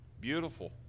Beautiful